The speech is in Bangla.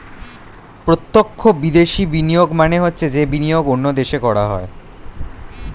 প্রত্যক্ষ বিদেশি বিনিয়োগ মানে হচ্ছে যে বিনিয়োগ অন্য দেশে করা হয়